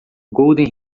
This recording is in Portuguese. golden